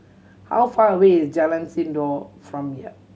how far away is Jalan Sindor from here